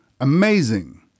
Amazing